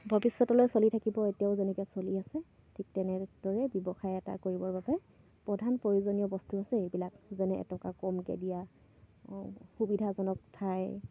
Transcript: ভৱিষ্যতলৈ চলি থাকিব এতিয়াও যেনেকৈ চলি আছে ঠিক তেনেদৰেই ব্যৱসায় এটা কৰিবৰ বাবে প্ৰধান প্ৰয়োজনীয় বস্তু আছে এইবিলাক যেনে এটকা কমকৈ দিয়া সুবিধাজনক ঠাই